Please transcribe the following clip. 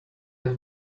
have